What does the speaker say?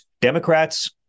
Democrats